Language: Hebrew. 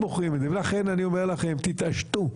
לכן אני אומר לכם תתעשתו.